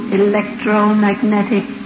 electromagnetic